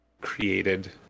created